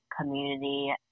community